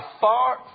far